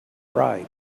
right